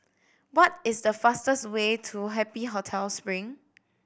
what is the fastest way to Happy Hotel Spring